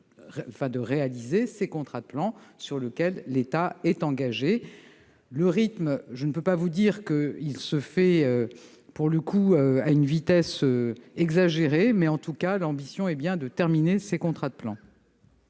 de réaliser les contrats de plan sur lesquels l'État est engagé. S'agissant du rythme, je ne peux pas vous dire que cela se fait à une vitesse exagérée, mais notre ambition est bien de terminer ces contrats de plan